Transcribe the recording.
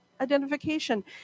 identification